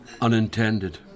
Unintended